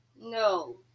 No